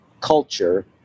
culture